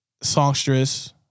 songstress